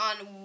on